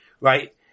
right